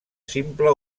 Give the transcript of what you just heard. simple